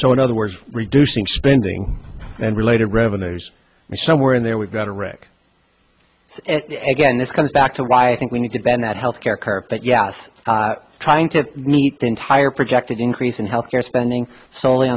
so in other words reducing spending and related revenues were somewhere in there we've got a rick again this comes back to why i think we need to bend that health care curve but yes trying to meet the entire projected increase in health care spending solely